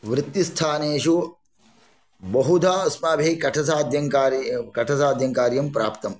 वृत्तिस्थानेषु बहुधा अस्माभिः कठसाध्यङ्कार्य् कठसाध्यङ्कार्यं प्राप्तम्